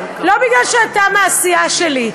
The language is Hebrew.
לא כי אתה מהסיעה שלי.